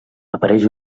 apareix